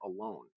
alone